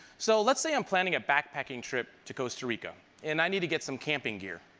so let's say i'm planning a backpacking trip to costa rica and i need to get some camping gear.